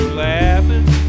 laughing